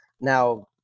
Now